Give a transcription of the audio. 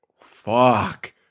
fuck